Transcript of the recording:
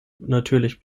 natürlich